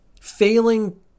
Failing